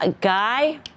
Guy